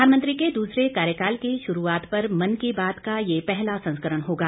प्रधानमंत्री के दूसरे कार्यकाल की शुरूआत पर मन की बात का यह पहला संस्करण होगा